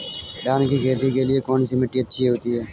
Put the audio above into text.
धान की खेती के लिए कौनसी मिट्टी अच्छी होती है?